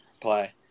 play